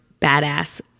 badass